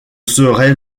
serait